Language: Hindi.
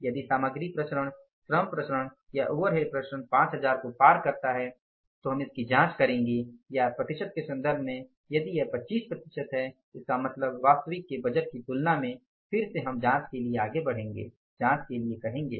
यदि सामग्री विचरण श्रम विचरण या ओवरहेड विचरण 5000 को पार करता है तो हम इसकी जांच करेंगे या प्रतिशत के संदर्भ में यदि यह 25 प्रतिशत है इसका मतलब वास्तविक के बजट की तुलना में फिर से हम जाँच के लिए आगे बढ़ने के लिए कहेंगे